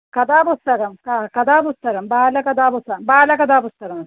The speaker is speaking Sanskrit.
कथा पुस्तकं क कथा पुस्तकं बालकथा बालकथापुस्तकं